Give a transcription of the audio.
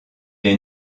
est